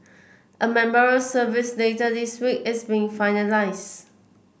a memorial service later this week is being finalised